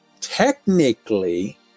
Technically